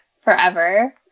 forever